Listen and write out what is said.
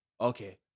Okay